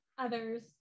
others